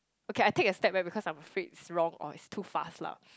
ok I take a step back because I'm afraid it's wrong or it's too fast lah